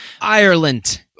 Ireland